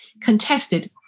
contested